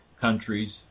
countries